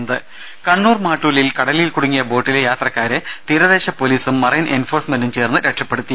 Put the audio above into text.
രുട്ട്ട്ട്ട്ട്ട്ട്ട്ട കണ്ണൂർ മാട്ടൂലിൽ കടലിൽ കുടുങ്ങിയ ബോട്ടിലെ യാത്രക്കാരെ തീര ദേശ പൊലീസും മറൈൻ എൻഫോഴ്സ്മെന്റും ചേർന്ന് രക്ഷപ്പെടുത്തി